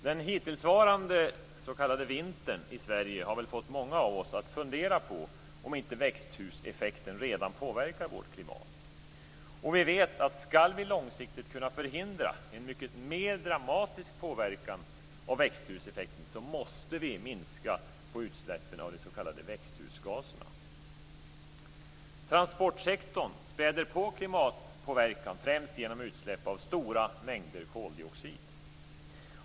Den hittillsvarande s.k. vintern i Sverige har väl fått många av oss att fundera på om inte växthuseffekten redan påverkar vårt klimat. Vi vet att om vi långsiktigt ska kunna förhindra en mycket mer dramatiskt påverkan av växthuseffekten, måste vi minska utsläppen av de s.k. växthusgaserna. Transportsektorn späder på klimatpåverkan, främst genom utsläpp av stora mängder koldioxid.